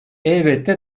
elbette